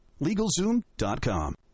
LegalZoom.com